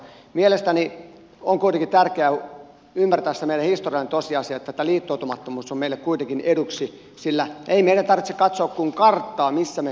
mielestäni on kuitenkin tärkeää ymmärtää se meidän historiallinen tosiasiamme että tämä liittoutumattomuus on meille kuitenkin eduksi sillä ei meidän tarvitse katsoa kuin karttaa missä me sijaitsemme